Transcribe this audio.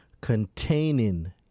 containing